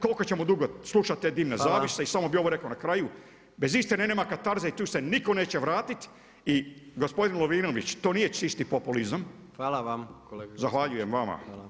Koliko ćemo dugo slušati te dimne zavjese i samo bi ovo rekao na kraju, bez istine nema katarze i tu se nitko neće vratiti i gospodin Lovrinović, to nije čisti populizam [[Upadica predsjednik: Hvala vam kolega Glasnović.]] Zahvaljujem vama.